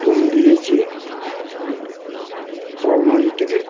ডোন দিয়েছি বড় নদী থেকে